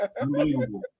Unbelievable